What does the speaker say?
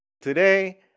Today